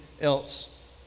else